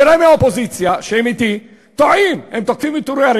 זקוקים לסיוע בעת